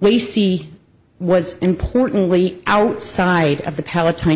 well you see was importantly outside of the palatine